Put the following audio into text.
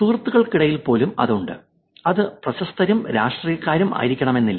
സുഹൃത്തുക്കൾക്കിടയിൽ പോലും അത് ഉണ്ട് അത് പ്രശസ്തരും രാഷ്ട്രീയക്കാരും ആയിരിക്കണമെന്നില്ല